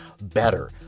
better